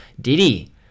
Diddy